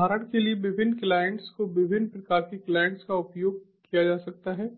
उदाहरण के लिए विभिन्न क्लाइंट्स को विभिन्न प्रकार के क्लाइंट्स का उपयोग किया जा सकता है